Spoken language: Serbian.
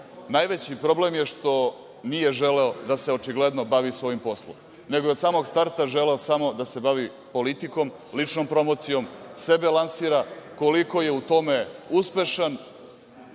Najveći problem je što nije želeo da se očigledno bavi svojim poslom, nego je od samog starta želeo samo da se bavi politikom, ličnom promocijom, sebe lansira. Koliko je u tome uspešan